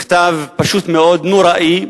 מכתב פשוט מאוד נוראי,